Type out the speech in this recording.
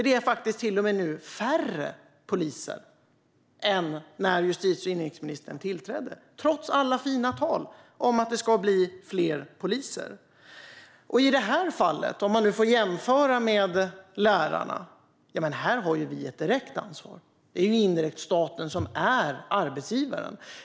Det är nu faktiskt till och med färre poliser än när justitie och inrikesministern tillträdde, trots alla fina tal om att det ska bli fler poliser. Om man gör jämförelsen med lärarlönerna har ju vi här ett direkt ansvar. Det är indirekt staten som är arbetsgivaren.